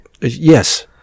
yes